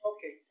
Okay